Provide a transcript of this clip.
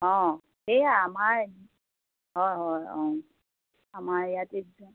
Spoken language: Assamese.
অঁ সেয়া আমাৰ হয় হয় অঁ আমাৰ ইয়াতে